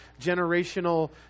generational